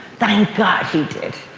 thank god he did.